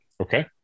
okay